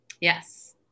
yes